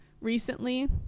recently